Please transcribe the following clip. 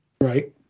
Right